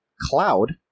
cloud